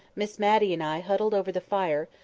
miss matty and i huddled over the fire,